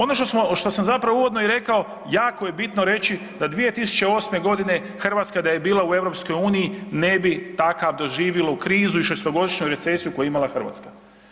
Ono što sam zapravo uvodno i rekao jako je bitno reći da 2008. godine Hrvatska da je bila u EU ne bi takav doživjela krizu i šestogodišnju recesiju koju je imala Hrvatska.